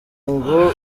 ngo